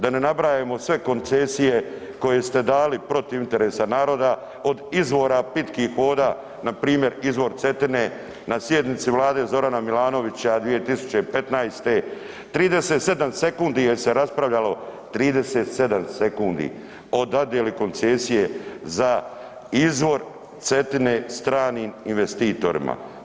Da ne nabrajamo sve koncesije koje ste dali protiv interesa naroda od izvora pitkih voda npr. izvor Cetine na sjednici Vlade Zorana Milanovića 2015., 37 sekundi je se raspravljalo, 37 sekundi o dodjeli koncesiji za izvor Cetine stranim investitorima.